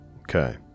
Okay